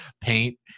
Paint